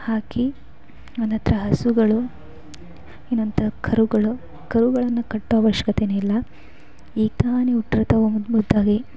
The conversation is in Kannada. ಹಾಕಿ ಒಂದು ಹತ್ತಿರ ಹಸುಗಳು ಇನೊಂದು ಕರುಗಳು ಕರುಗಳನ್ನ ಕಟ್ಟೊ ಅವಶ್ಯಕತೆಯೆ ಇಲ್ಲ ಈಗ ತಾನೇ ಹುಟ್ಟಿರ್ತಾವ ಮುದ್ದು ಮುದ್ದಾಗಿ